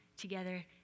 together